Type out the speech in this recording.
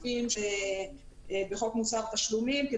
בחוק מוסר תשלומים,